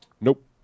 Nope